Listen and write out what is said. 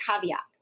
caveat